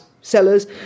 sellers